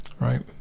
Right